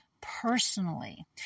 personally